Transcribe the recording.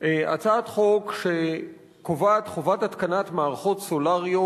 הצעת חוק שקובעת חובת התקנת מערכות סולריות